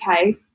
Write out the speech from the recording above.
okay